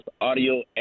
audio